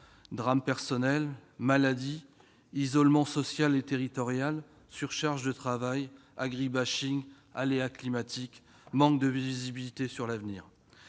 drames personnels, maladie, isolement social et territorial, surcharge de travail, agri-bashing, aléas climatiques, manque de visibilité sur l'avenir.